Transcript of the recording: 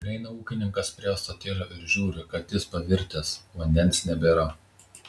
prieina ūkininkas prie ąsotėlio ir žiūri kad jis pavirtęs vandens nebėra